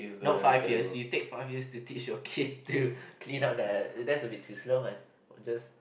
no five years you take five years to teach your kid to clean up their that's will be too slow man just